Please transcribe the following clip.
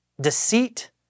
deceit